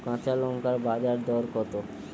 কাঁচা লঙ্কার বাজার দর কত?